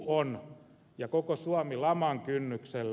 eu ja koko suomi on laman kynnyksellä